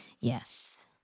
yes